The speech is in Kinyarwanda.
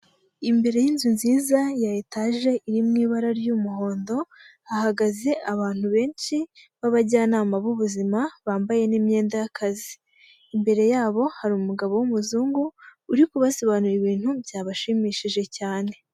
Imbere y'inzu nziza ya etaje iri mu ibara ry'umuhondo, hahagaze abantu benshi b'abajyanama b'ubuzima bambaye n'imyenda y'akazi, imbere yabo hari umugabo w'umuzungu uri kubasobanurira ibintu byabashimishije cyane.